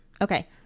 Okay